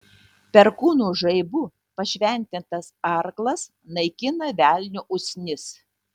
perkūno žaibu pašventintas arklas naikina velnio usnis